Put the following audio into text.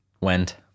went